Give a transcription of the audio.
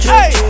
Hey